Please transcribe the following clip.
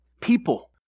people